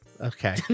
Okay